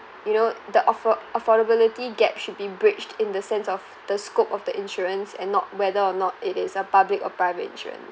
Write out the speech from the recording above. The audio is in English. you know the afford~ affordability gap should be bridged in the sense of the scope of the insurance and not whether or not it is a public or private insurance